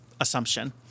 assumption